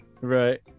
Right